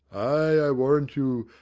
i warrant you,